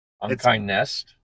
Unkindness